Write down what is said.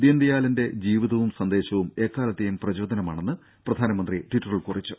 ദീൻദയാലിന്റെ ജീവിതവും സന്ദേശവും എക്കാലത്തേയും പ്രചോദനമാണെന്ന് പ്രധാനമന്ത്രി ട്വിറ്ററിൽ കുറിച്ചു